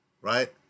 Right